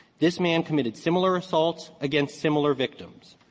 this man committed similar assaults against similar victims.